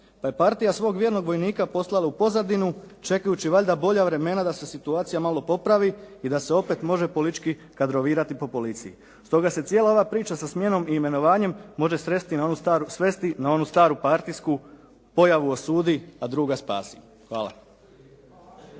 Pa je partija svog vjernog vojnika poslala u pozadinu čekajući valjda bolja vremena da se situacija malo popravi i da se opet može politički kadrovirati po policiji. Stoga se cijela ova priča sa smjenom i imenovanjem može svesti na onu staru partijsku “pojavu osudi, a druga spasi“. Hvala.